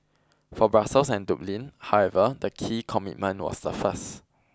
for Brussels and Dublin however the key commitment was the first